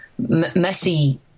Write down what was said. Messi